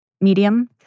medium